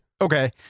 Okay